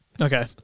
Okay